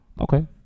Okay